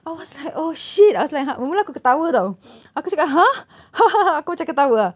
I was like oh shit I was like mula-mula aku ketawa [tau] aku cakap !huh! aku macam ketawa ah